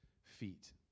feet